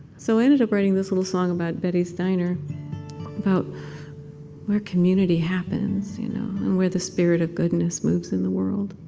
so i ended up writing this little song about betty's diner about where community happens. you know and where the spirit of goodness moves in the world